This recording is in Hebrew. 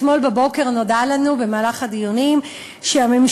אתמול בבוקר נודע לנו במהלך הדיונים שהממשלה